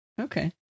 Okay